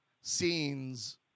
scenes